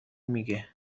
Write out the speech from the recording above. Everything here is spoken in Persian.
میگه